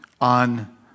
on